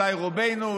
אולי רובנו,